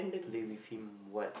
play with him what